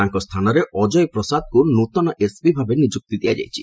ତାଙ୍କ ସ୍ଥାନରେ ଅଜୟ ପ୍ରସାଦଙ୍କୁ ନୂଆ ଏସପି ଭାବେ ନିଯୁକ୍ତି ଦିଆଯାଇଛି